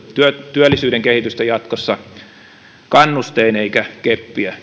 työllisyyden kehitystä jatkossa kannustein eikä keppiä